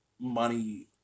money